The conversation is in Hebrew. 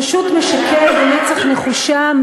פשוט משקר במצח נחושה,